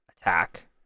attack